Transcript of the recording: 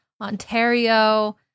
Ontario